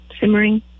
simmering